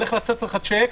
הולך לחזור לך שיק,